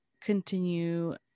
continue